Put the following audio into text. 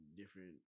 different